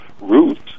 roots